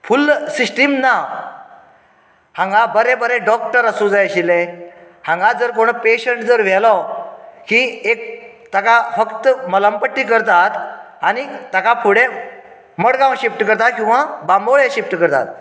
फूल system ना हांगा बरें बरें डॉक्टर आसूंक जाय आशिल्ले हांगा जर कोण पेशन्ट जर व्हेलो की एक ताका फक्त मलम पट्टी करतात आनी ताका फुडें मडगांव शिफ्ट करतात फुडें तेका बांबोळे शिफ्ट करतात